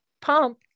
pump